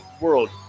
world